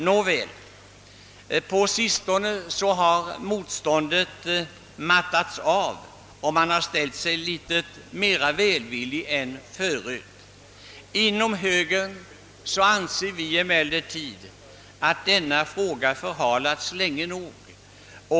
Nåväl, på sistone har motståndet mattats av, och man har ställt sig litet mer välvillig än tidigare. Inom högern anser vi att frågan förhalats länge nog.